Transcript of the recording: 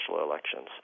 elections